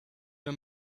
the